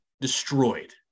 destroyed